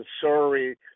Sorry